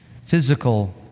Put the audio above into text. physical